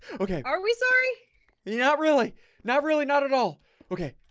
okay, are we sorry not really not really not at all okay?